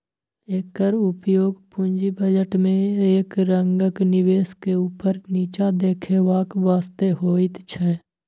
एकर उपयोग पूंजी बजट में एक रंगक निवेश के ऊपर नीचा देखेबाक वास्ते होइत छै